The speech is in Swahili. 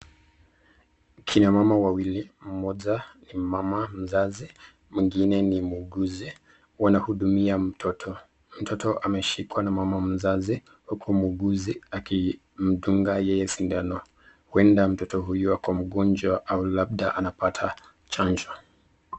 Kina mama wawili, mmoja ni mama mzazi mwingine ni muuguzi wanahudumia mtoto. Mtoto ameshikwa na mama mzazi uku muuguzi akimdunga yeye sindano, ueda mtoto huyo ako mgonjwa au labda anapata chanjo.